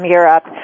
Europe